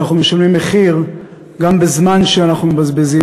שאנחנו משלמים מחיר גם בזמן שאנחנו מבזבזים,